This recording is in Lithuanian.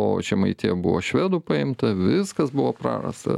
o žemaitija buvo švedų paimta viskas buvo prarasta